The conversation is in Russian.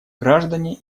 граждане